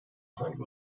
hangi